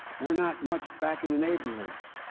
we're not much back in the neighborhoods.